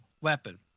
weapon